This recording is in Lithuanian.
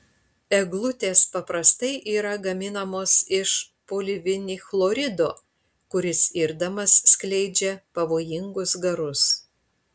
eglutės paprastai yra gaminamos iš polivinilchlorido kuris irdamas skleidžia pavojingus garus